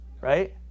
right